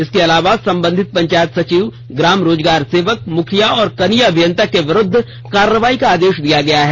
इसके अलावा संबंधित पंचायत सचिव ग्राम रोजगार सेवक मुखिया और कनीय अभियंता के विरूद्ध कार्रवाई का आदेश दिया गया है